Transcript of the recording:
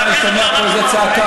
לא יודע, אני שומע פה איזה צעקה.